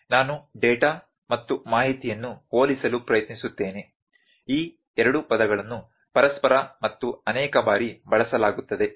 ನಾನು ಡೇಟಾ ಮತ್ತು ಮಾಹಿತಿಯನ್ನು ಹೋಲಿಸಲು ಪ್ರಯತ್ನಿಸುತ್ತೇನೆ ಈ ಎರಡು ಪದಗಳನ್ನು ಪರಸ್ಪರ ಮತ್ತು ಅನೇಕ ಬಾರಿ ಬಳಸಲಾಗುತ್ತದೆ